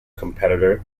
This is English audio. competitor